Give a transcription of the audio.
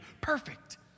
Perfect